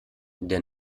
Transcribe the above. der